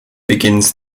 begins